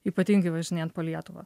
ypatingai važinėjant po lietuvą